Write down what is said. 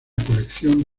colección